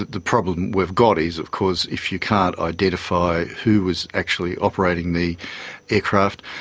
the problem we've got is of course if you can't identify who is actually operating the aircraft,